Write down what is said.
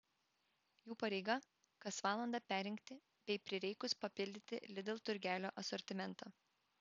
jų pareiga kas valandą perrinkti bei prireikus papildyti lidl turgelio asortimentą